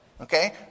Okay